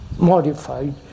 modified